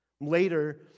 Later